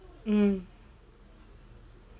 mm